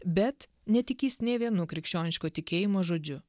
bet netikįs nė vienu krikščioniško tikėjimo žodžiu